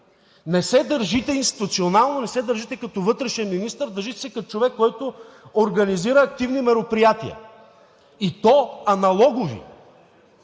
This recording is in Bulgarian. Не се държите институционално, не се държите като вътрешен министър, държите се като човек, който организира активни мероприятия, и то аналогови.